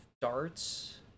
darts